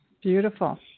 Beautiful